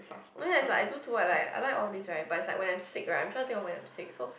no is like I do two I like I like all these right but is like when I am sick right I not sure when I sick so